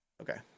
Okay